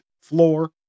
floor